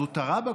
זוטרה,